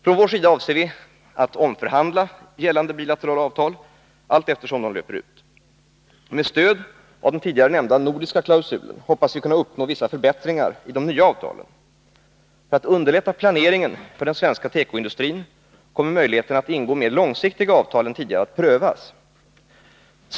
Från vår sida avser vi att omförhandla gällande bilaterala avtal allteftersom dessa löper ut. Med stöd av den tidigare nämnda nordiska klausulen hoppas vi kunna uppnå vissa förbättringar i de nya avtalen. För att underlätta planeringen för den svenska tekoindustrin kommer möjligheterna att ingå mera långsiktiga avtal än tidigare att prövas.